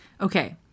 Okay